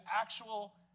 actual